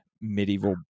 medieval